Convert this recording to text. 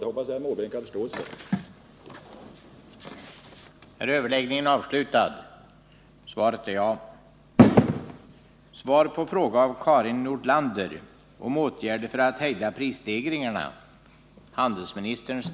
Jag hoppas att herr Måbrink har förståelse för detta.